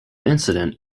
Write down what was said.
incident